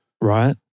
right